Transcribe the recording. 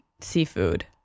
seafood